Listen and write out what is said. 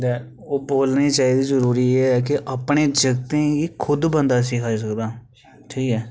ओह् बोलने ई चाहिदी जरूरी ऐ कि अपने जगतें गी खुद बंदा सखाई सकदा ठीक ऐ